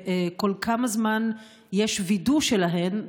כל כמה זמן יש וידוא שלהן?